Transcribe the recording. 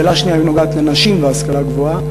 השאלה השנייה נוגעת לנשים והשכלה גבוהה: